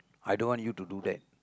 I don't want you to do that